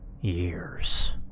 years